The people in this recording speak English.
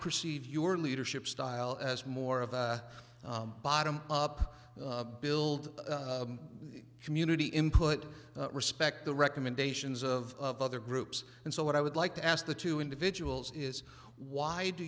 perceive your leadership style as more of a bottom up build community input respect the recommendations of other groups and so what i would like to ask the two individuals is why do